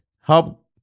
help